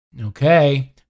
Okay